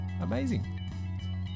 Amazing